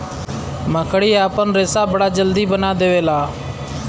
मकड़ी आपन रेशा बड़ा जल्दी बना देवला